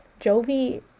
Jovi